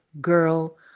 girl